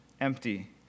empty